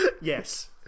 Yes